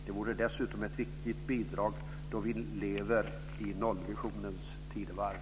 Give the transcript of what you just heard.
Det vore dessutom ett viktigt bidrag då vi lever i nollvisionens tidevarv.